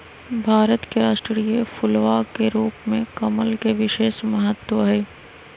भारत के राष्ट्रीय फूलवा के रूप में कमल के विशेष महत्व हई